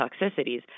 toxicities